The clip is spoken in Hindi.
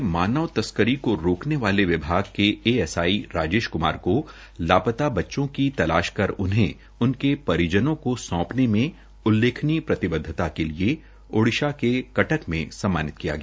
हरियाणा प्लिस के मानव तस्करी को रोकने वाले विभाग के एएसआई राजेश क्मार को लापता बच्चों को तलाश कर उन्हें उनके परिजनों को सौंपने में उल्लेखनीय प्रतिबद्धता के लिए ओडिशा के कटक में सम्मानित किया गया